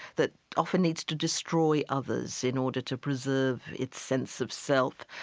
that often needs to destroy others in order to preserve its sense of self,